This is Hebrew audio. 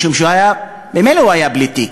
משום שממילא הוא היה שר בלי תיק.